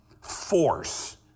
force